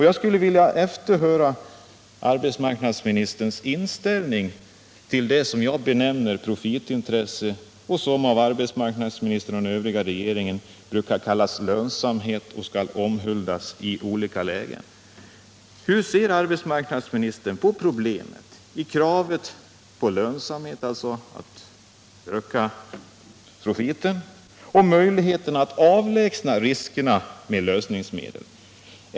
Jag skulle vilja efterhöra arbetsmarknadsministerns inställning till det som jag benämner profitintresse och som av arbetsmarknadsministern och den övriga regeringen brukar kallas lönsamhet, som skall omhuldas i olika lägen. Hur ser arbetsmarknadsministern på problemet med kravet på lönsamhet — alltså att öka profiten — och möjligheten att avlägsna riskerna med lösningsmedel?